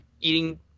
eating